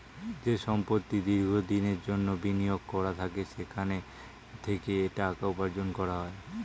যে সম্পত্তি দীর্ঘ দিনের জন্যে বিনিয়োগ করা থাকে সেখান থেকে টাকা উপার্জন করা যায়